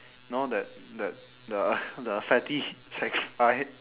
now that that the the